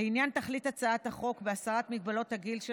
לעניין תכלית הצעת החוק בהסרת מגבלת הגיל של